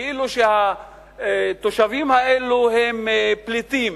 כאילו התושבים האלו הם פליטים,